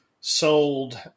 sold